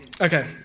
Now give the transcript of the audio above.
Okay